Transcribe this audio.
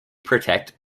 protect